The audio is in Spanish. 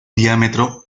diámetro